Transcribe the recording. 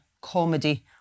comedy